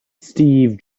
steve